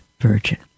virgin